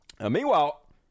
Meanwhile